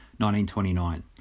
1929